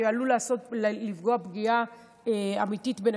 שעלול לפגוע פגיעה אמיתית בנשים.